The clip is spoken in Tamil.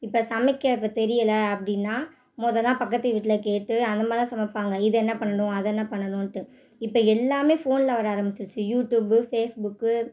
இப்போ சமைக்க இப்போ தெரியலை அப்படின்னா முதலாம் பக்கத்து வீட்டில கேட்டு அந்தமாதிரி தான் சமைப்பாங்கள் இதை என்ன பண்ணணும் அதை என்ன பண்ணணுன்ட்டு இப்போ எல்லாமே ஃபோன்ல வர ஆரம்பிச்சிருச்சு யூடியூப்பு ஃபேஸ்புக்கு